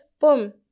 boom